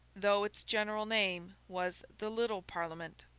though its general name was the little parliament.